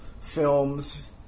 films